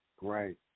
Right